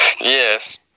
Yes